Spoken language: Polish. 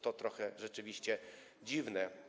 To trochę rzeczywiście dziwne.